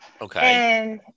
okay